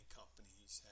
companies